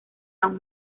aún